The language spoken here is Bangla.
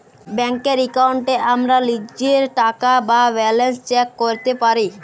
ব্যাংকের এক্কাউন্টে আমরা লীজের টাকা বা ব্যালান্স চ্যাক ক্যরতে পারি